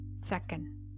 Second